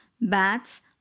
bats